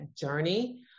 journey